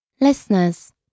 Listeners